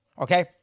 Okay